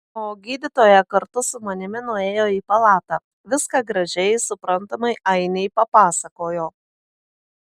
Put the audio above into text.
o gydytoja kartu su manimi nuėjo į palatą viską gražiai suprantamai ainei papasakojo